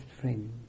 friend